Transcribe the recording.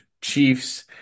Chiefs